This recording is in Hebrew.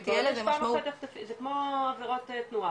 זה כמו עבירות תנועה,